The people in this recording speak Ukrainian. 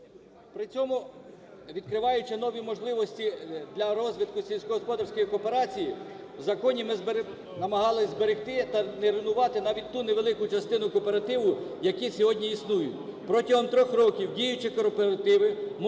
При цьому, відкриваючи нові можливості для розвитку сільськогосподарської кооперації, в законі ми намагались зберегти та не руйнувати навіть ту невелику частину кооперативу, які сьогодні існують. Протягом трьох років діючі кооперативи можуть